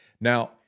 Now